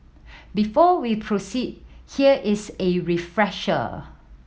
before we proceed here is a refresher